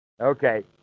Okay